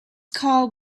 called